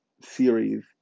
series